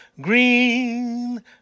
green